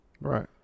Right